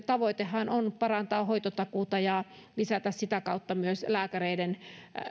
tavoitehan on parantaa hoitotakuuta ja lisätä sitä kautta myös lääkäreiden